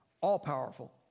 all-powerful